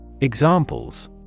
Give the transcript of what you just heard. Examples